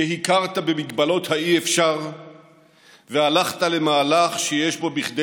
שהכרת במגבלות האי-אפשר והלכת למהלך שיש בו כדי